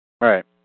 Right